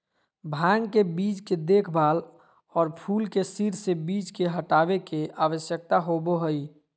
भांग के बीज के देखभाल, और फूल के सिर से बीज के हटाबे के, आवश्यकता होबो हइ